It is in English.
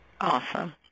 Awesome